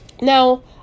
Now